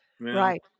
right